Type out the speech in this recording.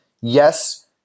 Yes